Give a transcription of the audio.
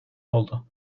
oldu